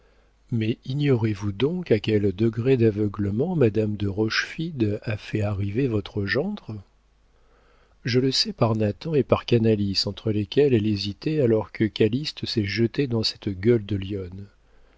mais ignorez-vous donc à quel degré d'aveuglement madame de rochefide a fait arriver votre gendre je le sais par nathan et par canalis entre lesquels elle hésitait alors que calyste s'est jeté dans cette gueule de lionne